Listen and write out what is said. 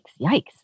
yikes